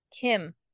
kim